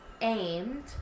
aimed